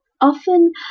Often